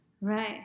Right